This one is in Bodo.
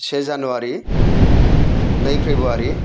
से जानुवारि नै फ्रेबुवारि